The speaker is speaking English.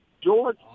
George